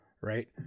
right